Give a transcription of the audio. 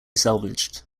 salvaged